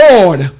Lord